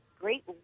great